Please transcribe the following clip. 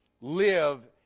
live